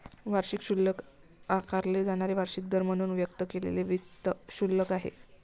वार्षिक शुल्क आकारले जाणारे वार्षिक दर म्हणून व्यक्त केलेले वित्त शुल्क आहे